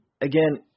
again